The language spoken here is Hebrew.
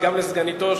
וגם לסגניתו,